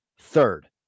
third